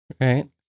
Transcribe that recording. Right